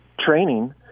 training